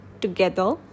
together